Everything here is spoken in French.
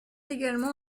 également